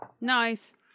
Nice